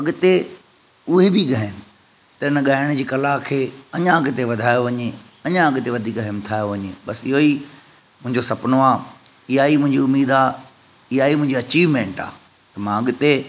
अॻिते उहे बि ॻाइनि त हिन ॻाइण जी कला खे अञा अॻिते वधायो वञे अञा अॻिते वधीक हिमथायो वञे बसि इहोई मुंहिंजो सुपिनो आहे इहाई मुंहिंजी उमेदु इहाई मुंहिंजी अचीवमेंट आहे मां अॻिते